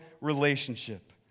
relationship